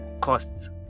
costs